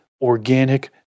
organic